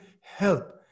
help